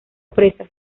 presas